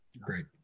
Great